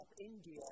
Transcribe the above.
India